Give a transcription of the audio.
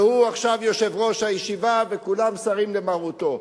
והוא עכשיו יושב-ראש הישיבה וכולם סרים למרותו,